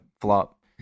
flop